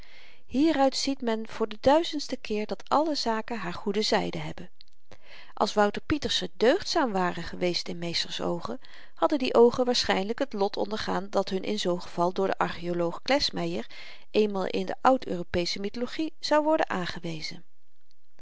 hieruit ziet men voor den duizendsten keer dat alle zaken haar goede zyde hebben als wouter pieterse deugdzaam ware geweest in meester's oogen hadden die oogen waarschynlyk t lot ondergaan dat hun in zoo'n geval door den archaeoloog klesmeyer eenmaal in de oud europeesche mythologie zou worden aangewezen